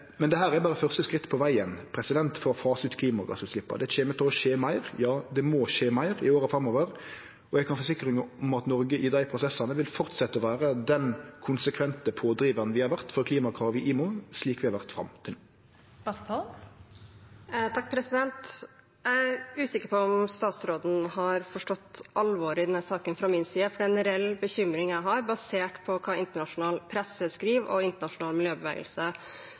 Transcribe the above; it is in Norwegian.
er berre første skritt på vegen for å fase ut klimagassutsleppa. Det kjem til å skje meir. Ja, det må skje meir i åra framover, og eg kan forsikre om at Noreg i dei prosessane vil fortsetje å vere den konsekvente pådrivaren vi har vore for klimakrav i IMO, slik vil har vore fram til no. Jeg er usikker på om statsråden har forstått alvoret i denne saken fra min side, for det er en reell bekymring jeg har, basert på hva internasjonal presse skriver, og hva internasjonal miljøbevegelse